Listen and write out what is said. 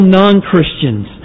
non-Christians